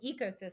ecosystem